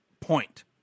point